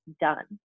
done